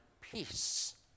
peace